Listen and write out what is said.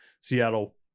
Seattle